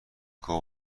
گاو